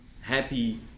happy